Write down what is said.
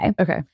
Okay